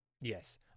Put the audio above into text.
Yes